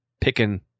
picking